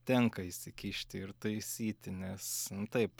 tenka įsikišti ir taisyti nes taip